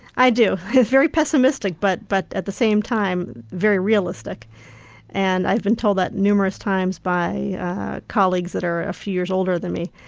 i do, it's very pessimistic but but at the same time very realistic and i've been told that numerous numerous times by colleagues that are a few years older than me.